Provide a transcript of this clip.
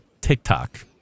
TikTok